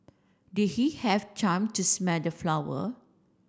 did he have time to smell the flower